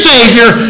Savior